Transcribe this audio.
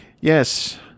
Yes